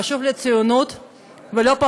זה חשוב לציונות,